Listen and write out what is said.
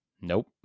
Nope